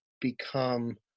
become